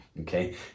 okay